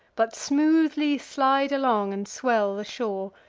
but smoothly slide along, and swell the shore,